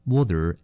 Water